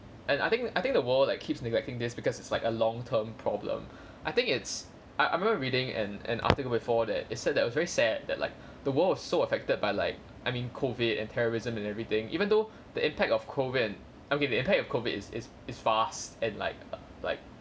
and I think I think the world like keeps neglecting this because it's like a long term problem I think it's I I remember reading an an article before that it said that really sad that like the world was so affected by like I mean COVID and terrorism and everything even though the impact of COVID and okay the impact of COVID is is is fast and like err like